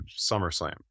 SummerSlam